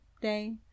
day